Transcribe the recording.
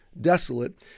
desolate